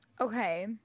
Okay